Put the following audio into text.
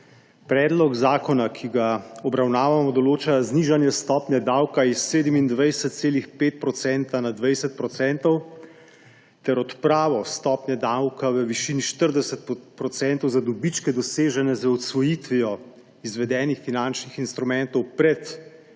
Predlog zakona, ki ga obravnavamo, določa znižanje stopnje davka s 27,5 % na 20 % ter odpravo stopnje davka v višini 40 % za dobičke, dosežene z odsvojitvijo izvedenih finančnih instrumentov pred